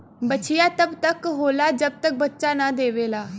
बछिया तब तक होला जब तक बच्चा न देवेला